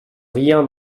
rien